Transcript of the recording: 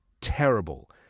terrible